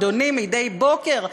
אדוני" מדי בוקר,